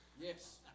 Yes